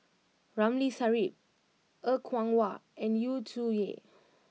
Ramli Sarip Er Kwong Wah and Yu Zhuye